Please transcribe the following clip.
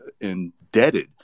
indebted